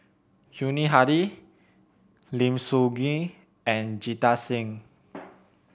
Yuni Hadi Lim Soo Ngee and Jita Singh